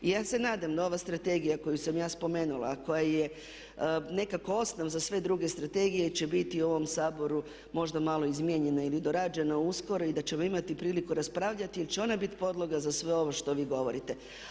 Ja se nadam da ova strategija koju sam ja spomenula, a koja je nekako osnov za sve druge strategije će biti u ovom Saboru možda malo izmijenjena ili dorađena uskoro i da ćemo imati priliku raspravljati jer će ona biti podloga za sve ovo što vi govorite.